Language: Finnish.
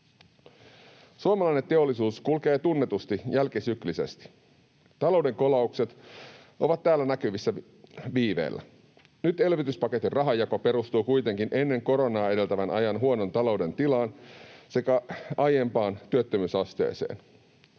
Suomalainen teollisuus kulkee tunnetusti jälkisyklisesti. Talouden kolaukset ovat täällä näkyvissä viiveellä. Nyt elvytyspaketin rahanjako perustuu kuitenkin koronaa edeltävän ajan huonon talouden tilaan sekä aiempaan työttömyysasteeseen.